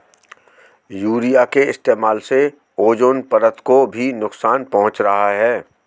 urea के इस्तेमाल से ओजोन परत को भी नुकसान पहुंच रहा है